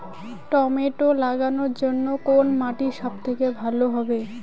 Tomato লাগানোর জন্যে কোন মাটি সব থেকে ভালো হবে?